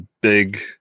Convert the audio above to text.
big